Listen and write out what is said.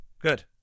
good